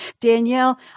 Danielle